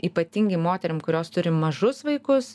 ypatingai moterim kurios turi mažus vaikus